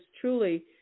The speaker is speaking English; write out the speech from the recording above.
truly